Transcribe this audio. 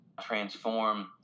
transform